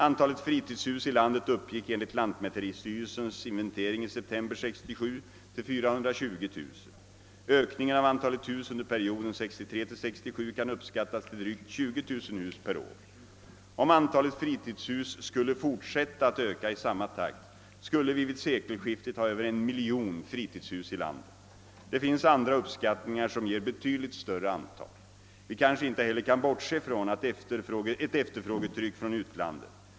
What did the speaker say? Antalet fritidshus i landet uppgick enligt lantmäteristyrelsens inventering i september 1967 till 420 000. ökningen av antalet hus under perioden 1963 till 1967 kan uppskattas till drygt 20 000 hus per år. Om antalet fritidshus skulle fortsätta att öka i samma takt, skulle vi vid sekelskiftet ha över en miljon fritidshus i landet. Det finns andra uppskattningar som ger betydligt större antal. Vi kanske inte heller kan bortse från ett efterfrågetryck från utlandet.